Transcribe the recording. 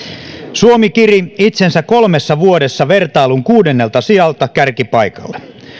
suomi kiri itsensä kolmessa vuodessa vertailun kuudennelta sijalta kärkipaikalle